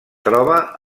troba